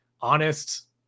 honest